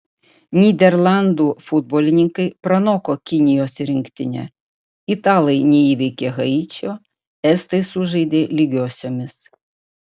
nyderlandų futbolininkai pranoko kinijos rinktinę italai neįveikė haičio estai sužaidė lygiosiomis